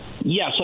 Yes